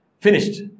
Finished